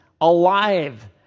alive